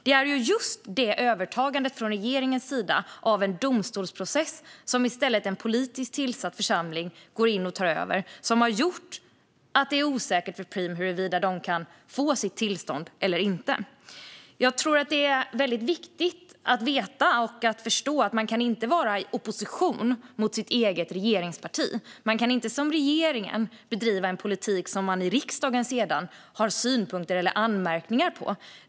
Det är just detta att regeringen, en politiskt tillsatt församling, går in och tar över en domstolsprocess som har gjort att det är osäkert för Preem huruvida de kan få sitt tillstånd eller inte. Det är viktigt att veta och förstå att man inte kan vara i opposition mot sitt eget regeringsparti. Man kan inte som regering bedriva en politik som man i riksdagen sedan har synpunkter eller anmärkningar på.